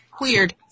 Weird